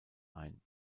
ein